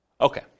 Okay